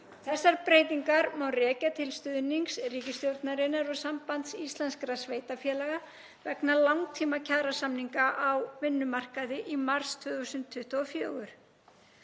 Þessar breytingar má rekja til stuðnings ríkisstjórnarinnar og Sambands íslenskra sveitarfélaga vegna langtímakjarasamninga á vinnumarkaði í mars 2024.